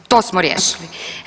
To smo riješili.